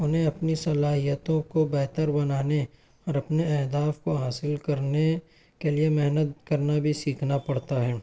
اُنہیں اپنی صلاحیتوں کو بہتر بنانے اور اپنے اہداف کو حاصل کرنے کے لیے محنت کرنا بھی سیکھنا پڑتا ہے